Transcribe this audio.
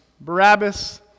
Barabbas